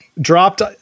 Dropped